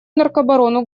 наркобарону